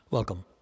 Welcome